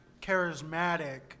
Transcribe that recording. charismatic